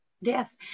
Yes